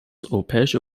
europäische